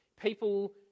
people